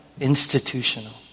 institutional